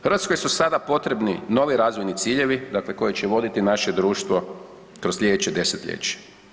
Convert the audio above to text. Hrvatskoj su sada potrebni novi razvojni ciljevi koji će voditi naše društvo kroz sljedeće desetljeće.